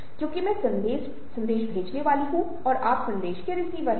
क्योंकि मैं संदेश भेजने वाला हूं और आप संदेश के रिसीवर हैं